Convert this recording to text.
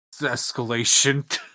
escalation